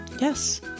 Yes